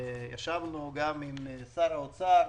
ישבנו גם עם שר האוצר